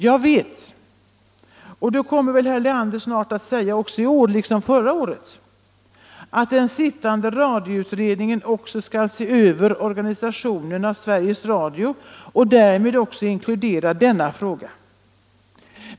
Jag vet - det kommer väl herr Leander att säga i år liksom förra året — att den pågående radioutredningen skall se över organisationen av Sveriges Radio och därmed också har att behandla denna fråga.